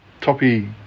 Toppy